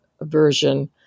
version